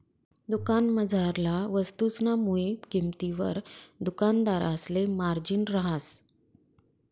दुकानमझारला वस्तुसना मुय किंमतवर दुकानदारसले मार्जिन रहास